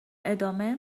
ادامه